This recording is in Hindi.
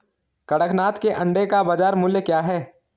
कड़कनाथ के अंडे का बाज़ार मूल्य क्या है?